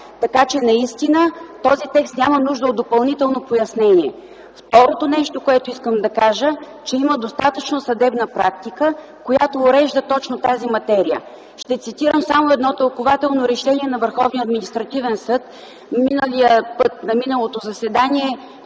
текст наистина няма нужда от допълнително пояснение. Второто нещо, което искам да кажа, е, че има достатъчно съдебна практика, която урежда точно тази материя. Ще цитирам само едно тълкувателно решение на Върховния административен съд. На миналото заседание